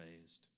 raised